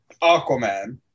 Aquaman